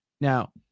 Now